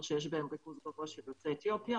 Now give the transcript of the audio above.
שיש בהם ריכוז גבוה של יוצאי אתיופיה,